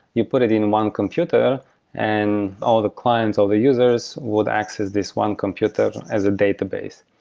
you put it in one computer and all of the clients, all the users would access this one computer as a database.